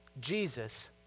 Jesus